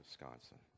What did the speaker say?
Wisconsin